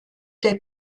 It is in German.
der